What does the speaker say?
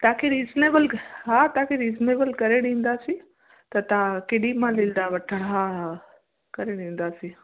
तव्हांखे रीज़िनेबल क हा तव्हांखे रीज़िनेबल करे ॾींदासीं त तव्हां केॾीमहिल ईंदा वठणु हा करे ॾींदासीं